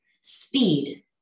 speed